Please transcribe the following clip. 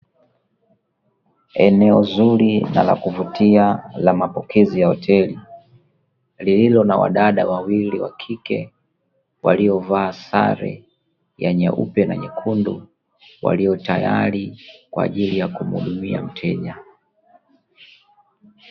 Eneo zuri na la kuvutia la mapokezi ya hoteli, lililo na wadada wawili wakike waliovaa sare ya nyeupe na nyekundu, walio, tayari kwa ajili ya kumhudumia mteja.